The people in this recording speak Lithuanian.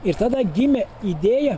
ir tada gimė idėja